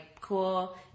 Cool